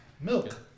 milk